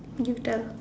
you tell